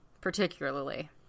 particularly